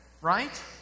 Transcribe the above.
right